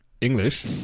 English